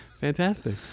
Fantastic